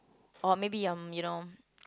or maybe um you know